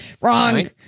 Wrong